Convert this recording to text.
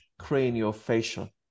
craniofacial